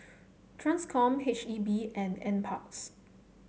Transcom H E B and NParks